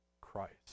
Christ